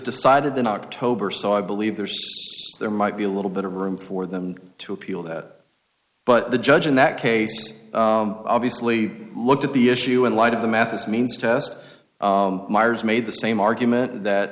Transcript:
decided in october so i believe there's there might be a little bit of room for them to appeal that but the judge in that case obviously looked at the issue in light of the math as means test myers made the same argument that